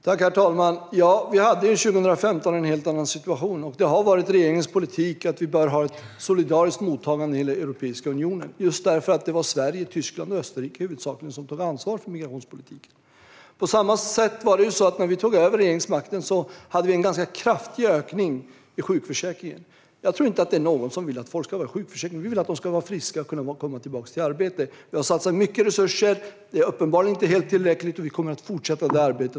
Herr talman! Vi hade en helt annan situation 2015. Och regeringens politik har varit att vi bör ha ett solidariskt mottagande i hela Europeiska unionen, just därför att det var huvudsakligen Sverige, Tyskland och Österrike som tog ansvar för migrationspolitiken. När vi tog över regeringsmakten hade vi också en ganska kraftig ökning i sjukförsäkringen. Jag tror inte att någon vill att folk ska ha sjukpenning. Vi vill att de ska vara friska och kunna komma tillbaka till arbetet. Vi har satsat mycket resurser. Det är uppenbarligen inte helt tillräckligt. Vi kommer att fortsätta det arbetet.